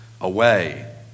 away